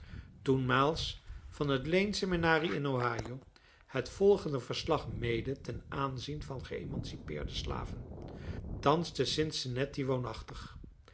toenmaals van het lane seminary in ohio het volgende verslag mede ten aanzien van geëmancipeerde slaven thans te cincinnatie woonachtig